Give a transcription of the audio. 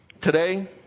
today